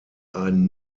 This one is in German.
ein